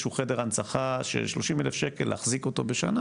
איזשהו חדר הנצחה ש-30 אלף שקל להחזיק אותו בשנה,